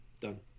done